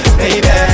baby